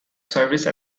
service